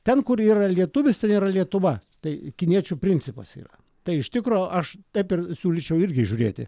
ten kur yra lietuvis ten yra lietuva tai kiniečių principas yra tai iš tikro aš taip ir siūlyčiau irgi žiūrėti